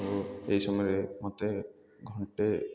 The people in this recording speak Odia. ଆଉ ଏହି ସମୟରେ ମୋତେ ଘଣ୍ଟେ